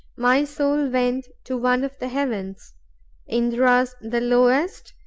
my soul went to one of the heavens indra's the lowest,